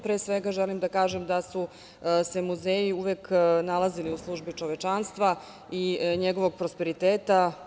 Pre svega, želim da kažem da su se muzeji uvek nalazili u službi čovečanstva i njegovog prosperiteta.